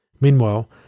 Meanwhile